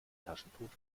taschentuch